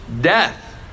death